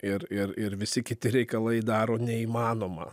ir ir ir visi kiti reikalai daro neįmanomą